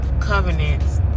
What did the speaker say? covenants